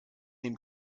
dem